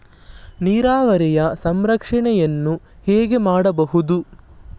ನೀರಾವರಿಯ ಸಂರಕ್ಷಣೆಯನ್ನು ಹೇಗೆ ಮಾಡಬಹುದು?